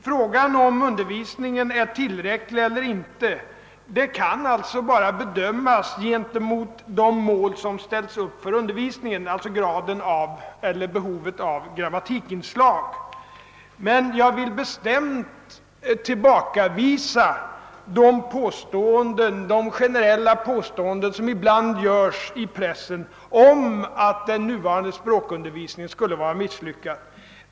Frågan, om undervisningen är tillräcklig eller inte, kan alltså bara bedömas mot de mål som har ställts upp för undervisningen. Detta gäller också behovet av grammatikinslag i undervisningen. Jag vill bestämt tillbakavisa de generella påståenden som ibland görs i pressen, att den nuvarande språkundervisningen skulle vara misslyckad.